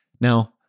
Now